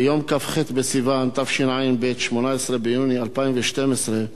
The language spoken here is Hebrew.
ביום כ"ח בסיוון תשע"ב, 18 ביוני 2012,